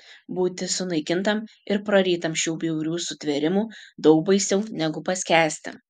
būti sunaikintam ir prarytam šių bjaurių sutvėrimų daug baisiau negu paskęsti